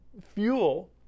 fuel